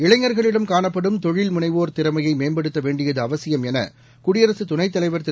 இளைஞர்களிடம் காணப்படும் தொழில் முனைவோர் திறமையை மேம்படுத்த வேண்டியது அவசியம் என குடியரசு துணைத் தலைவர் திரு